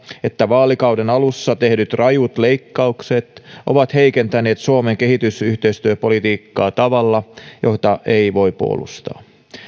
että vaalikauden alussa tehdyt rajut leikkaukset ovat heikentäneet suomen kehitysyhteistyöpolitiikkaa tavalla jota ei voi puolustaa